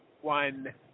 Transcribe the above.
one